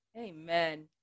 Amen